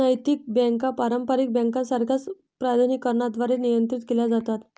नैतिक बँका पारंपारिक बँकांसारख्याच प्राधिकरणांद्वारे नियंत्रित केल्या जातात